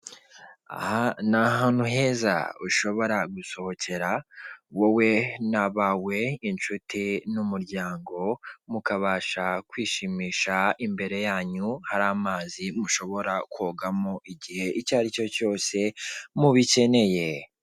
Aha ni ahantu heza ushobora gusohokera wowe n'abawe, inshuti n'umuryango, mukabasha kwishimisha, imbere yanyu hari amazi mushobora kogamo igihe icyo ari cyo cyose mubikeneye.